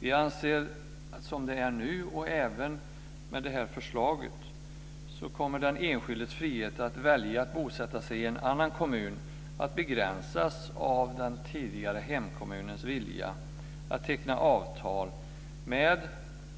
Vi anser att som det är nu, och även med det här förslaget, kommer den enskildes frihet att välja att bosätta sig i en annan kommun att begränsas av den tidigare hemkommunens vilja att teckna avtal med